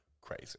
crazy